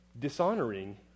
dishonoring